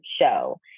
show